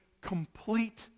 complete